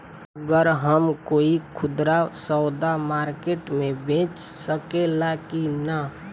गर हम कोई खुदरा सवदा मारकेट मे बेच सखेला कि न?